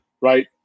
right